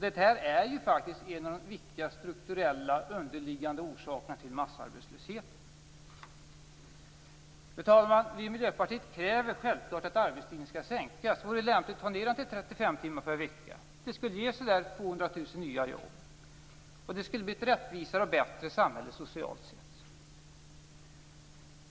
Detta är faktiskt en av de viktiga strukturella underliggande orsakerna till massarbetslösheten. Fru talman! Vi i Miljöpartiet kräver självklart att arbetstiden skall sänkas. Det vore lämpligt att ta ned den till 35 timmar per vecka. Det skulle ge ca 200 000 nya jobb, och det skulle bli ett rättvisare och bättre samhälle socialt sett.